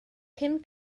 cyn